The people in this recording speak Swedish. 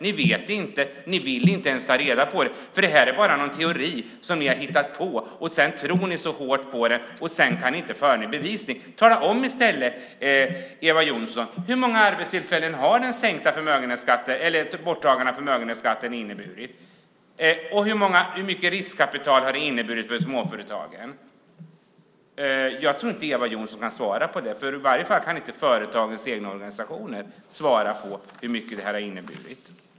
Ni vet inte, och ni vill inte ens ta reda på det, för det här är bara någon teori som ni har hittat på. Sedan tror ni så hårt på den men kan inte föra den i bevisning. Tala i stället om, Eva Johnsson, hur många arbetstillfällen borttagandet av förmögenhetsskatten har inneburit och hur mycket riskkapital det har inneburit för småföretagen. Jag tror inte att Eva Johnsson kan svara på det. I varje fall kan inte företagens egna organisationer svara på hur mycket det har inneburit.